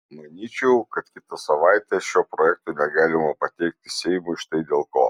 manyčiau kad kitą savaitę šio projekto negalima pateikti seimui štai dėl ko